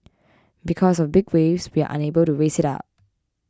because of big waves we are unable to raise it up